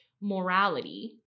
morality